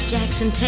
Jackson